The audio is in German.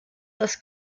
das